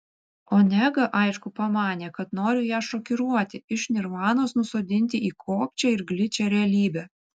onega aišku pamanė kad noriu ją šokiruoti iš nirvanos nusodinti į kokčią ir gličią realybę